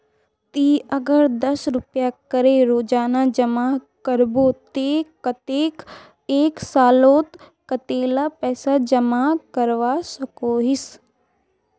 ती अगर दस रुपया करे रोजाना जमा करबो ते कतेक एक सालोत कतेला पैसा जमा करवा सकोहिस?